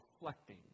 reflecting